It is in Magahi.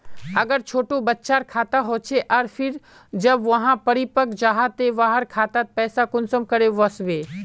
अगर छोटो बच्चार खाता होचे आर फिर जब वहाँ परिपक है जहा ते वहार खातात पैसा कुंसम करे वस्बे?